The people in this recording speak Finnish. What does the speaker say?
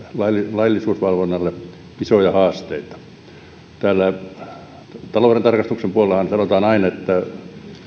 laillisuusvalvonnalle isoja haasteita talouden tarkastuksen puolellahan sanotaan aina että